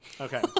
Okay